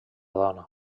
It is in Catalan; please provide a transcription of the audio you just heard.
dona